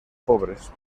pobres